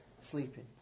sleeping